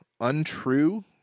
untrue